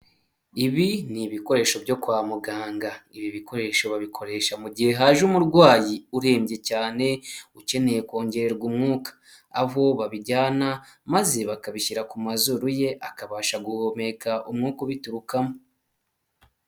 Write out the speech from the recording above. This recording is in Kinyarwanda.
Ibi ni ibikoresho byo kwa muganga. Ibi bikoresho babikoresha mu gihe haje umurwayi urembye cyane, ukeneye kongererwa umwuka. Aho babijyana, maze bakabishyira ku mazuru ye, akabasha guhumeka umwuka ubiturukamo.